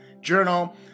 Journal